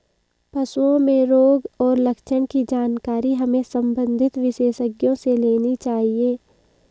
पशुओं में रोग और लक्षण की जानकारी हमें संबंधित विशेषज्ञों से लेनी चाहिए